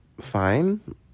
fine